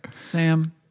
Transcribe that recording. Sam